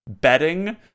betting